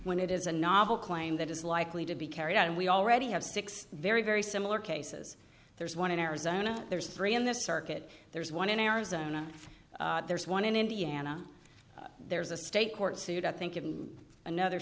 when it is a novel claim that is likely to be carried out and we already have six very very similar cases there's one in arizona there's three in the circuit there's one in arizona there's one in indiana there's a state court suit i think in another